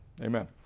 Amen